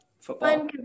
football